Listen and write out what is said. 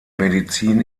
medizin